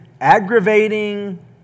aggravating